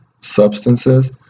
substances